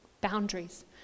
boundaries